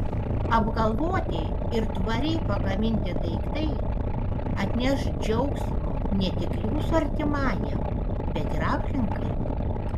apgalvoti ir tvariai pagaminti daiktai atneš džiaugsmo ne tik jūsų artimajam bet ir aplinkai